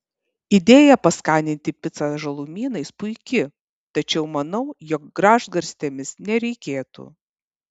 idėja paskaninti picą žalumynais puiki tačiau manau jog gražgarstėmis nereikėtų